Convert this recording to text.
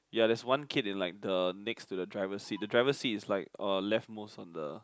ya there's one kid in like the next to the driver seat the driver seat is like uh left most on the